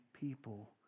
people